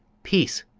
peace!